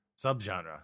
subgenre